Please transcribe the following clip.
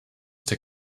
der